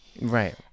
right